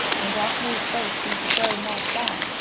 and aunt lu's face seemed to grow more sad.